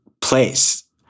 place